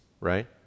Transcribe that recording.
right